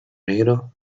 negro